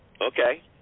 Okay